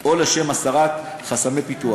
או הסרת חסמי פיתוח.